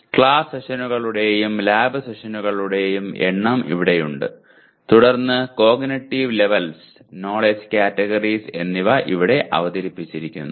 class സെഷനുകളുടെയും lab സെഷനുകളുടെയും എണ്ണം ഇവിടെയുണ്ട് തുടർന്ന് കോഗ്നിറ്റീവ് ലെവെൽസ് നോലെഡ്ജ് ക്യാറ്റഗറീസ് എന്നിവ ഇവിടെ അവതരിപ്പിച്ചിരിക്കുന്നു